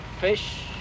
fish